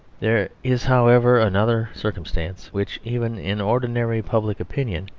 there is, however, another circumstance which, even in ordinary public opinion,